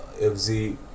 FZ